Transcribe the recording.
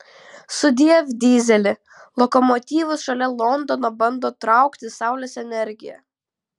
sudiev dyzeli lokomotyvus šalia londono bando traukti saulės energija